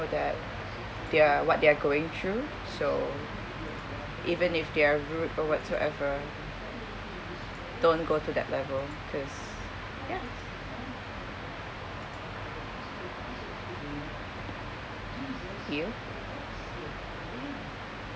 that they're what they're going through so even if they're rude or whatsoever don't go to that level because ya you